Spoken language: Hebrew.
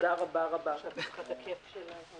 הישיבה נעולה.